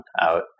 out